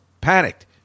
panicked